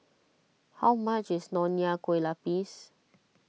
how much is Nonya Kueh Lapis